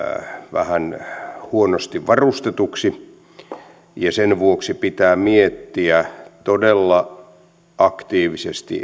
vähän huonosti varustetuksi ja sen vuoksi pitää miettiä todella aktiivisesti